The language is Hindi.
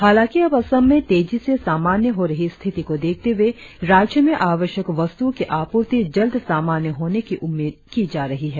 हालाकि अब असम में तेजी से सामान्य हो रही स्थिति को देखते हुए राज्य में आवश्यक वस्तुओ की आप्रर्ति जल्द सामान्य होने की उम्मीद की जा रही है